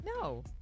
No